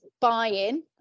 buy-in